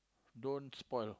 don't spoil